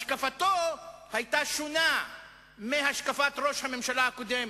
השקפתו היתה שונה מהשקפת ראש הממשלה הקודם,